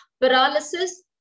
Paralysis